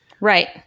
Right